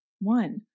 One